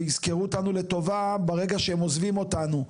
ויזכרו אותנו לטובה ברגע שהם עוזבים אותנו,